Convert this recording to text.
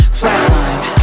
flatline